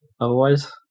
otherwise